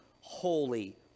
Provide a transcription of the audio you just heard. holy